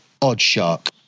Oddshark